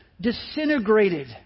disintegrated